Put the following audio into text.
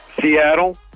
Seattle